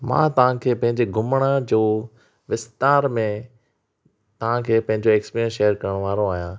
मां तव्हांखे पंहिंजे घुमणु जो विस्तारु में तव्हांखे पंहिंजो एक्सपीरियंस शेयर करणु वारो आहियां